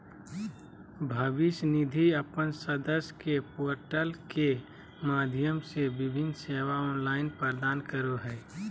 भविष्य निधि अपन सदस्य के पोर्टल के माध्यम से विभिन्न सेवा ऑनलाइन प्रदान करो हइ